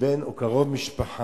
שבן או קרוב משפחה